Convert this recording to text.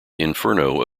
inferno